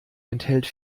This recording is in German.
enthält